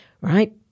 right